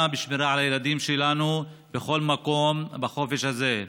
בשמירה על הילדים שלנו בכל מקום בחופש הזה,